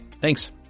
Thanks